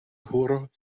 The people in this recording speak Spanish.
juro